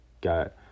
got